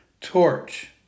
torch